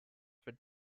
for